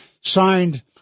signed